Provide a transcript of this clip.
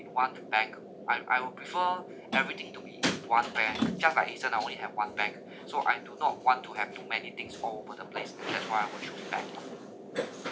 in one bank I'm I will prefer everything to be in one bank just like eason I only have one bank so I do not want to have too many things all all over the place and that's why I would choose bank